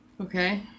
okay